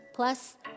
plus